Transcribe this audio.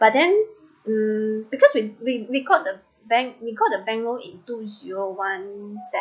but then hmm because we we we got the bank we got the bank loan in two zero one